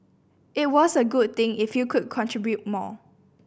it was a good thing if you could contribute more